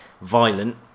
violent